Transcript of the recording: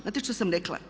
Znate šta sam rekla?